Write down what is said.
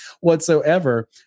whatsoever